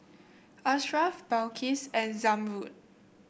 Ashraf Balqis and Zamrud